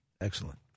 Excellent